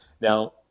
Now